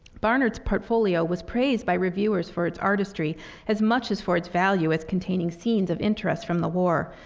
barnard's portfolio was praised by reviewers for its artistry as much as for its value as containing scenes of interest from the war.